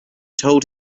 told